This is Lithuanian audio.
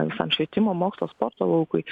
visam švietimo mokslo sporto laukui